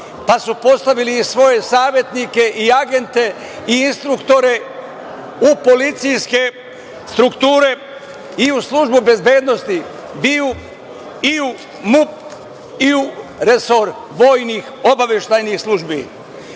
pa su postavili i svoje savetnike i agente i instruktore u policijske strukture i u službu bezbednosti, BIA, MUP i u resor vojnih obaveštajnih službi. To